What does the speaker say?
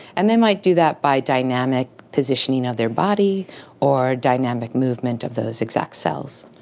and they might do that by dynamic positioning of their body or dynamic movement of those exact cells.